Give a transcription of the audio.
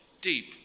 deep